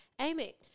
Amy